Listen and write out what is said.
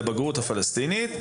לבגרות הפלסטינית,